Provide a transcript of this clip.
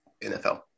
NFL